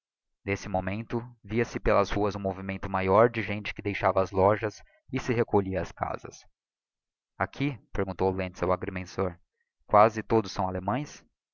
n'esse moniento via-se pelas ruas um movimento maior de gente que deixava as lojas e se recolhia ás casas aqui perguntou lentz ao agrimensor quasi todos são allemães